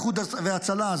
איחוד הצלה,